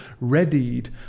readied